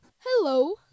hello